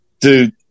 Dude